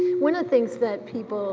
one of the things that people